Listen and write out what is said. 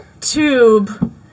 tube